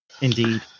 Indeed